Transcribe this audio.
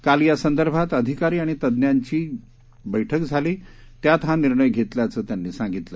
काल या संदर्भात अधिकारी आणि तज्ञांची या संदर्भात बैठक झाली त्यात हा निर्णय घेतल्याचं त्यांनी सांगितलं